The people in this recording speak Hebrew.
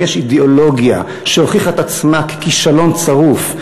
אם יש אידיאולוגיה שהוכיחה את עצמה ככישלון צרוף,